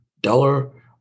dollar